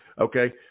okay